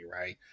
right